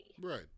Right